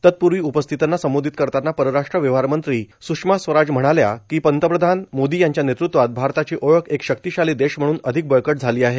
तत्पूर्वी उपस्थितांना संबोधित करताना परराष्ट्र व्यवहार मंत्री सुषमा स्वराज म्हणाल्या की पंतप्रधान मोदी यांच्या नेतृत्वात भारताची ओळख एक शक्तीशाली देश म्हणून अधिक बळकट झाली आहे